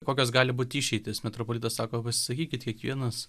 kokios gali būt išeitis metropolitas sako pasisakykit kiekvienas